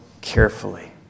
carefully